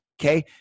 Okay